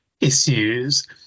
issues